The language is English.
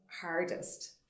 hardest